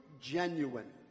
genuine